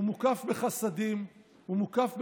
הוא מוקף בחסדים, הוא מוקף בטובות.